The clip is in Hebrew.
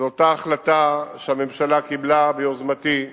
זה אותה החלטה שהממשלה קיבלה ביוזמתי,